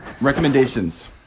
Recommendations